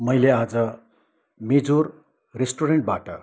मैले आज मेजोर रेस्टुरेन्टबाट